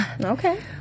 Okay